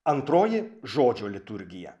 antroji žodžio liturgija